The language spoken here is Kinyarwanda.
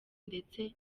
ndetse